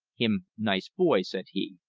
him nice boy! said he.